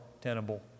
tenable